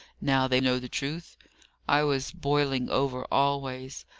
now they know the truth i was boiling over always.